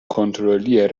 کنترلی